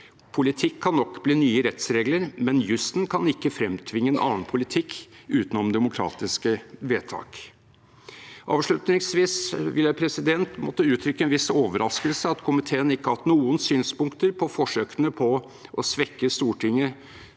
Politikk kan nok bli nye rettsregler, men jussen kan ikke fremtvinge en annen politikk utenom demokratiske vedtak. Avslutningsvis vil jeg måtte uttrykke en viss overraskelse over at komiteen ikke har hatt noen synspunkter på forsøkene på å svekke Stortinget